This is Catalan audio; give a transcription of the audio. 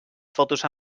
fotos